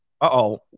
uh-oh